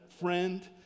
friend